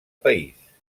país